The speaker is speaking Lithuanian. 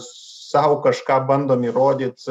sau kažką bandom įrodyt